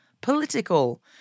political